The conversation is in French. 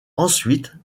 ensuite